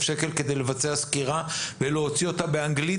שקל כדי לבצע סקירה ולהוציא אותה באנגלית,